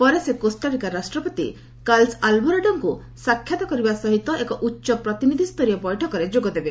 ପରେ ସେ କୋଷ୍ଟାରିକା ରାଷ୍ଟ୍ରପତି କାର୍ଲସ୍ ଆଲ୍ଭାରାଡୋଙ୍କୁ ସାକ୍ଷାତ କରିବା ସହିତ ଏକ ଉଚ୍ଚ ପ୍ରତିନିଧିସ୍ତରୀୟ ବୈଠକରେ ଯୋଗଦେବେ